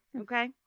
Okay